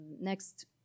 next